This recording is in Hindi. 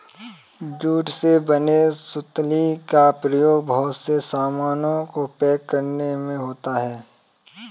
जूट से बने सुतली का प्रयोग बहुत से सामानों को पैक करने में होता है